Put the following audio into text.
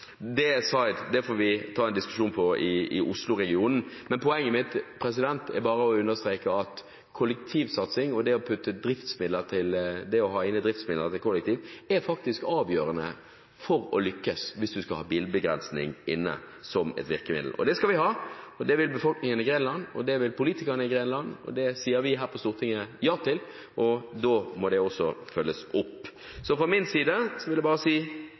Det sa jeg at vi får ta en diskusjon på i Osloregionen. Men poenget mitt er bare å understreke at kollektivsatsing og det å ha inne driftsmidler til kollektiv faktisk er avgjørende for å lykkes hvis man skal ha bilbegrensning inne som et virkemiddel, og det skal vi ha. Det vil befolkningen i Grenland, det vil politikerne i Grenland, og det sier vi her på Stortinget ja til, og da må det følges opp. Fra min side vil jeg bare si